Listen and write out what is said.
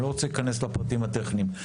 אני לא רוצה להיכנס לפרטים הטכניים.